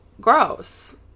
gross